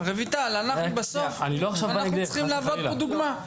רויטל, בסוף אנחנו צריכים להוות פה דוגמה.